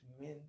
men